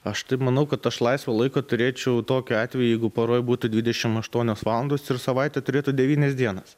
aš taip manau kad aš laisvo laiko turėčiau tokiu atveju jeigu paroj būtų dvidešimt aštuonios valandos ir savaitė turėtų devynias dienas